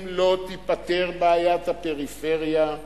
אם לא תיפתר בעיית הפריפריה,